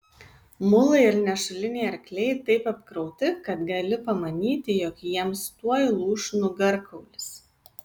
mulai ir nešuliniai arkliai taip apkrauti kad gali pamanyti jog jiems tuoj lūš nugarkaulis